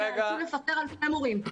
אתם תיאלצו לפטר הרבה מורים.